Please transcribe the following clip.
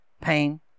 pain